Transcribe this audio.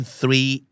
three